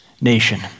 nation